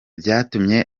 byatumye